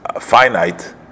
finite